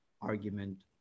argument